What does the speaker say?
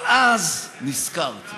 אבל אז נזכרתי.